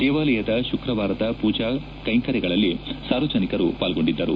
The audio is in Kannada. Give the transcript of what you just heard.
ದೇವಾಲಯದ ಶುಕ್ರವಾರದ ಪೂಜಾ ಕೈಕರ್ಗಳಲ್ಲಿ ಸಾರ್ವಜನಿಕರು ಪಾಲ್ಗೊಂಡಿದ್ದರು